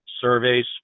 surveys